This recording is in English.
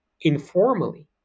informally